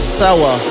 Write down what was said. sour